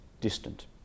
distant